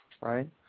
right